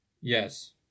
Yes